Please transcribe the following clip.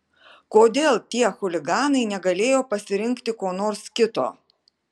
kodėl tie chuliganai negalėjo pasirinkti ko nors kito